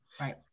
Right